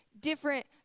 different